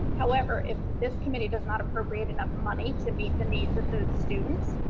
however, if this committee does not appropriate enough money to meet the needs of those students,